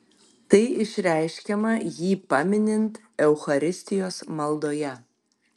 tai išreiškiama jį paminint eucharistijos maldoje